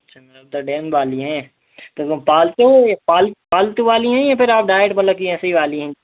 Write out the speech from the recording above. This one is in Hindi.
अच्छा तो डैम वाली हैं तो उसमें पालतू हैं पाल पालतू वाली हैं या फिर आप डारेक्ट मतलब की ऐसे ही वाली हैं